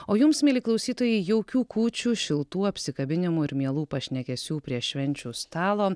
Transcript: o jums mieli klausytojai jaukių kūčių šiltų apsikabinimų ir mielų pašnekesių prie švenčių stalo